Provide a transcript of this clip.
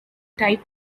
typed